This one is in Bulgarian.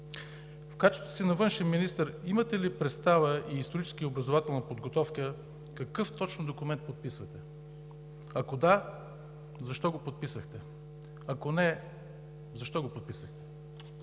В качеството си на външен министър имате ли представа и историческа образователна подготовка какъв документ подписвате? Ако – да, защо го подписахте? Ако – не, защо го подписахте?